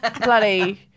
bloody